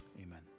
Amen